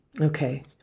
Okay